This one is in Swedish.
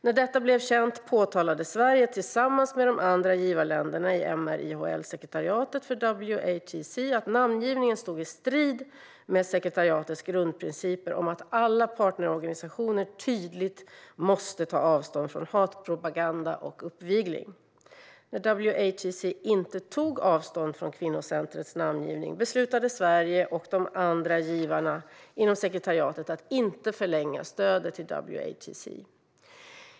När detta blev känt påtalade Sverige tillsammans med de andra givarländerna i MR/IHL-sekretariatet för WATC att namngivningen stod i strid med sekretariatets grundprinciper om att alla partnerorganisationer tydligt måste ta avstånd från hatpropaganda och uppvigling. När WATC inte tog avstånd från kvinnocentrets namngivning beslutade Sverige och de andra givarna inom sekretariatet att inte förlänga stödet till WATC.